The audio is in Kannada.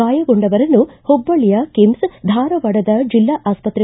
ಗಾಯಗೊಂಡವರನ್ನು ಹುಬ್ಬಳ್ಳಿಯ ಕಿಮ್ಸ್ ಧಾರವಾಡದ ಜಿಲ್ಲಾ ಆಸ್ಪತ್ತೆ